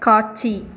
காட்சி